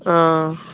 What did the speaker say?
অঁ